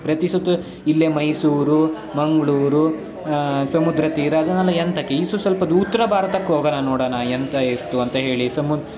ಪ್ರತಿ ಸುತ್ತು ಇಲ್ಲೇ ಮೈಸೂರು ಮಂಗಳೂರು ಸಮುದ್ರ ತೀರ ಅದನ್ನೆಲ್ಲ ಎಂತಕ್ಕೆ ಈಸು ಸ್ವಲ್ಪ ಉತ್ತರ ಭಾರತಕ್ಕೆ ಹೋಗಣ ನೋಡಣ ಎಂತ ಇರ್ತೆ ಅಂತ ಹೇಳಿ ಸಮುದ್ರ